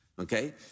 okay